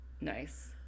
nice